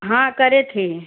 हाँ करे थे